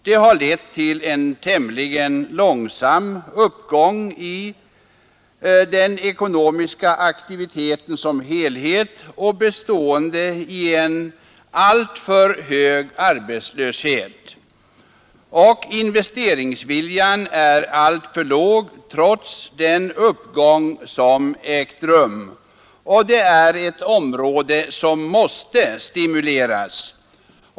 Det har lett till en tämligen långsam uppgång i den ekonomiska aktiviteten som helhet och en alltför hög arbetslöshet. Investeringsviljan är för låg trots den uppgång som ägt rum, och det är ett område som måste stimuleras.